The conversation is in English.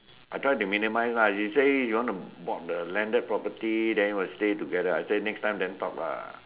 I try to minimize ah she say you want to bought the landed property then stay together ah I say next time then talk lah